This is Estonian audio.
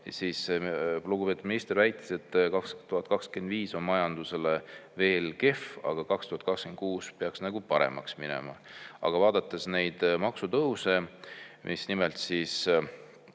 siis lugupeetud minister väitis, et 2025 on majandusele veel kehv, aga 2026 peaks paremaks minema. Aga vaadates maksutõuse – nii